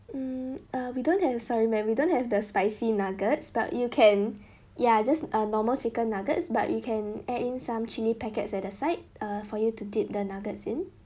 mm uh we don't have sorry madam we don't have the spicy nuggets but you can ya just a normal chicken nuggets but you can add in some chilli packets at the side uh for you to dip the nuggets in